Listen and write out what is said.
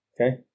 Okay